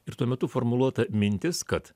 ir tuo metu formuluota mintis kad